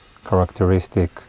characteristic